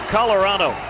Colorado